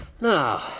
Now